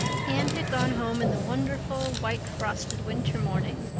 anne had gone home in the wonderful, white-frosted winter morning,